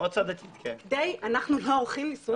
אנחנו לא עורכים נישואים.